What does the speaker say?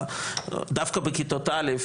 דווקא בכיתות א',